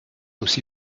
aussi